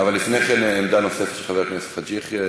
אבל לפני כן עמדה נוספת של חבר הכנסת חאג' יחיא,